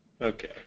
Okay